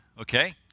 Okay